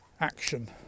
action